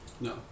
no